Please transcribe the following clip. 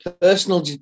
Personal